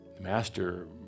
Master